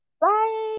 Bye